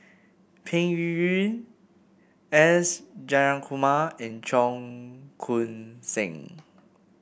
Peng Yuyun S Jayakumar and Cheong Koon Seng